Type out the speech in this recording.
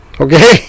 Okay